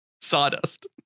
sawdust